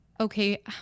Okay